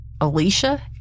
Alicia